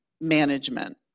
management